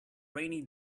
rainy